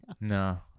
No